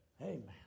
Amen